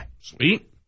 Sweet